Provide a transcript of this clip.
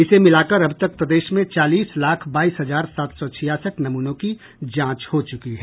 इसे मिलाकर अब तक प्रदेश में चालीस लाख बाईस हजार सात सौ छियासठ नमूनों की जांच हो चुकी है